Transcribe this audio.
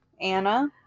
Anna